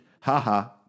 Ha-ha